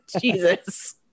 Jesus